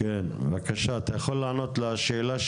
בוקר טוב.